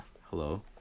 hello